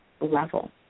level